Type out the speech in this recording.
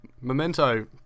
Memento